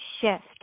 shift